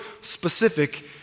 specific